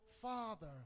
father